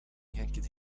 yanked